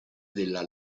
della